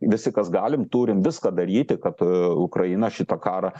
visi kas galim turim viską daryti kad a ukraina šitą karą